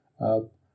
up